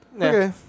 Okay